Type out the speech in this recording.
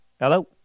Hello